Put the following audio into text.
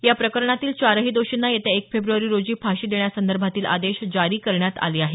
या प्रकरणातील चारही दोषींना येत्या एक फेब्र्वारी रोजी फाशी देण्यासंदर्भातील आदेश जारी करण्यात आले आहेत